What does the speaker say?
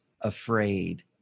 afraid